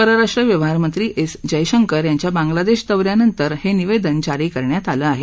परराष्ट्र व्यवहारमंत्री एस जयशंकर यांच्या बागलादेश दौ यानंतर हे निवेदन जारी करण्यात आल आहे